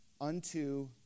unto